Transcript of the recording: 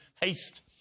haste